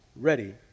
ready